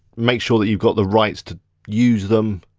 make sure that you've got the rights to use them.